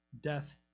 death